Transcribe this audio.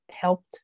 helped